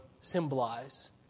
symbolize